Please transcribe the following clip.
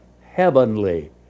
heavenly